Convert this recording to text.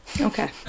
Okay